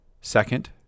Second